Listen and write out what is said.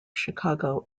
chicago